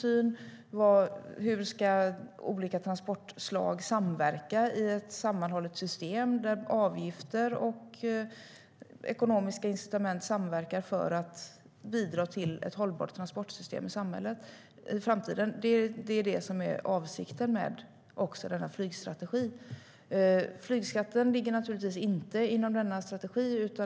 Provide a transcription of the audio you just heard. Man ska även titta på hur olika transportslag ska samverka i ett sammanhållet system där avgifter och ekonomiska incitament samverkar för att i framtiden bidra till ett hållbart transportsystem i samhället. Det är det som är avsikten med flygstrategin. Flygskatten ligger naturligtvis inte inom denna strategi.